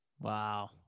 Wow